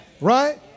Right